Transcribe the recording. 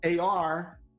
AR